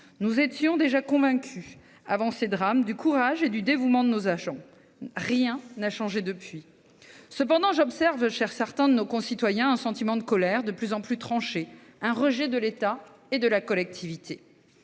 Nous étions déjà convaincus, avant ces drames, du courage et du dévouement de nos agents. Rien n'a changé depuis. Cependant, j'observe, chez certains de nos concitoyens, un sentiment de colère, de plus en plus tranché, un rejet de l'État et de la collectivité.